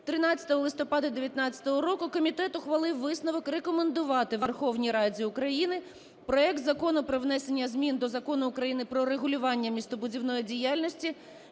13 листопада 2019 року комітет ухвалив висновок: рекомендувати Верховній Раді України проект Закону про внесення змін до Закону України "Про регулювання містобудівної діяльності"